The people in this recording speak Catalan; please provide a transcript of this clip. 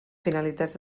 finalitats